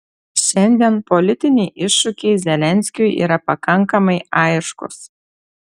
šiandien politiniai iššūkiai zelenskiui yra pakankamai aiškūs